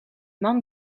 man